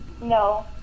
No